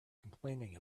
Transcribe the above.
complaining